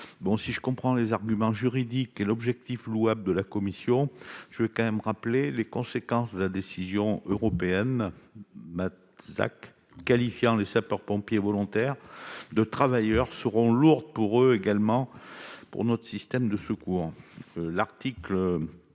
Si je comprends bien les arguments juridiques et l'objectif louable de la commission, les conséquences de la décision européenne qualifiant les sapeurs-pompiers volontaires de travailleurs seront lourdes pour eux et pour notre système de secours. L'article